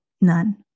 none